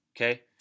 okay